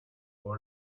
all